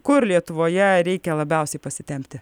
kur lietuvoje reikia labiausiai pasitempti